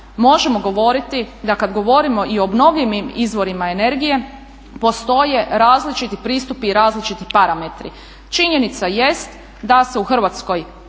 možemo govoriti da kad govorimo i o obnovljivim izvorima energije postoje različiti pristupi i različiti parametri. Činjenica jest da se u Hrvatskoj